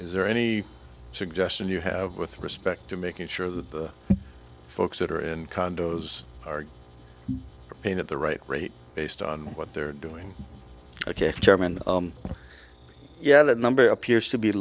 is there any suggestion you have with respect to making sure the folks that are in condos are paying at the right rate based on what they're doing ok chairman yeah the number appears to be